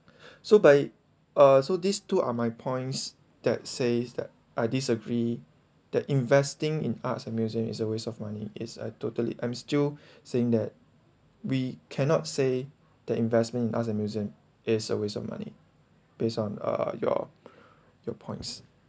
so by uh so these two are my points that says that I disagree that investing in arts and music is a waste of money is a totally I'm still saying that we cannot say that investment in other museum is a waste of money based on uh your your points